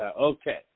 Okay